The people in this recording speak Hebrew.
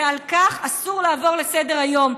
ועל כך אסור לעבור לסדר-היום.